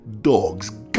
dogs